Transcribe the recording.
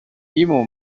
嫡母